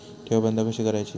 ठेव बंद कशी करायची?